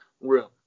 room